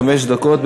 חמש דקות.